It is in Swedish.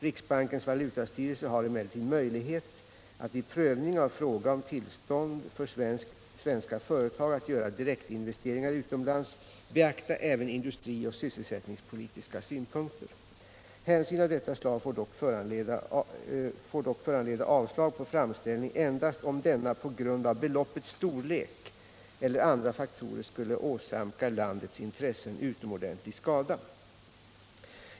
Riksbankens valutastyrelse har emellertid möjlighet att vid prövning av Ifråga om tillstånd för svenska företag att göra direktinvesteringar utomlands beakta även industri och sysselsättningspolitiska synpunkter. Hänsyn av detta slag får dock föranleda avslag på framställning endast om investeringen på grund av beloppets storlek eller andra faktorer skulle åsamka landets intressen utomordentlig skada.